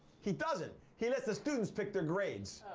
he doesn't. he lets the students pick their grades.